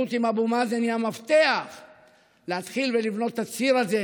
שההידברות עם אבו מאזן היא המפתח להתחיל לבנות את הציר הזה,